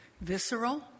visceral